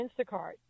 Instacart